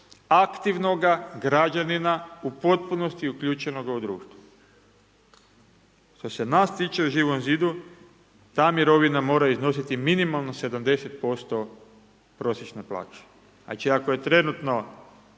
aktivnoga građanina u potpunosti uključenoga u društvu. Što se nas tiče u Živom zidu, ta mirovna mora iznositi minimalno 70% prosječene plaće. Znači ako je trenutno